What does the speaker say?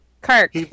Kirk